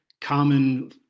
common